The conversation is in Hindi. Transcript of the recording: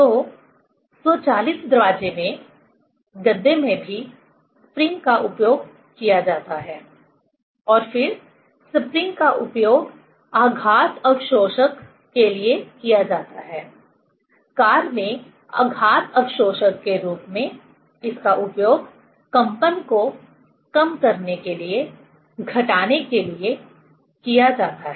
तो स्वचालित दरवाजे में गद्दे में भी स्प्रिंग का उपयोग किया जाता है और फिर स्प्रिंग का उपयोग आघात अवशोषक के लिए किया जाता है कार में आघात अवशोषक के रूप में इसका उपयोग कंपन को कम करने के लिए घटाने के लिए किया जाता है